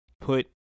Put